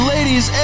Ladies